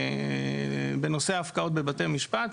בנושא ההפקעות בבתי משפט,